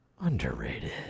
underrated